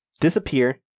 disappear